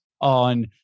on